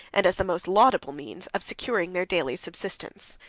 and as the most laudable means of securing their daily subsistence.